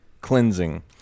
cleansing